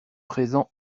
présent